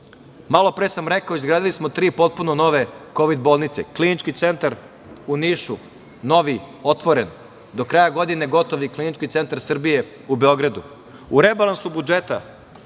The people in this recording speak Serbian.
Sada. Malopre sam rekao, izgradili smo tri potpuno nove kovid bolnice, Klinički centar u Nišu, nov, otvoren. Do kraja godine gotov i Klinički centar Srbije u Beogradu.U rebalansu budžeta,